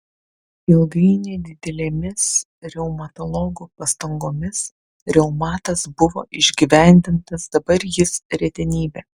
ilgainiui didelėmis reumatologų pastangomis reumatas buvo išgyvendintas dabar jis retenybė